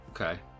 Okay